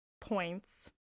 points